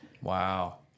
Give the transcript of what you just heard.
Wow